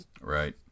Right